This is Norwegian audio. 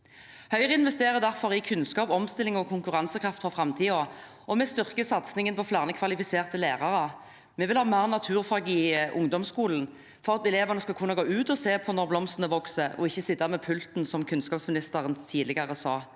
Høyre investerer derfor i kunnskap, omstilling og konkurransekraft for framtiden, og vi styrker satsingen på flere kvalifiserte lærere. Vi vil ha mer naturfag i ungdomsskolen, slik at elevene skal kunne gå ut og se på at blomstene vokser, og ikke sitte ved pulten, som kunnskapsministeren sa tidligere.